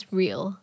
real